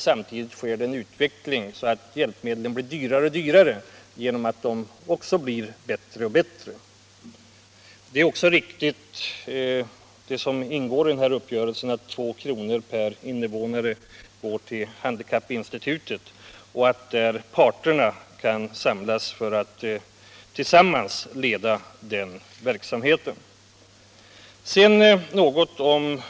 Samtidigt blir hjälpmedlen dyrare och dyrare genom att allt bättre hjälpmedel kommer till. Det är en utveckling i rätt riktning att det i uppgörelsen ingår en bestämmelse om att 2 kr. per invånare skall gå till handikappinstitutet samt att berörda parter gemensamt leder verksamheten i institutets styrelse. Sedan något om